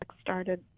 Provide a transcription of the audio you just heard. started